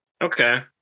Okay